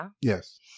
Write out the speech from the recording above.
Yes